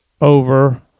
over